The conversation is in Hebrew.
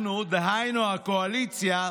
אנחנו, דהיינו הקואליציה,